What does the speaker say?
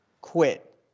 quit